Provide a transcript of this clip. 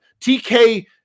TK